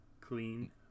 clean